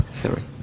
Sorry